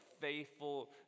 faithful